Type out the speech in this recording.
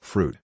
Fruit